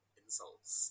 insults